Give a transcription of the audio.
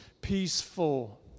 peaceful